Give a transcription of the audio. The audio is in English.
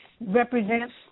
represents